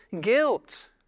guilt